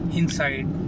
inside